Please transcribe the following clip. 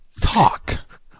Talk